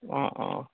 অঁ অঁ